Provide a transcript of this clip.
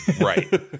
right